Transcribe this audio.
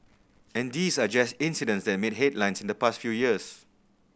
and these are just incidents that made headlines in the past few years